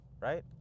Right